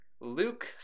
Luke